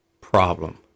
problem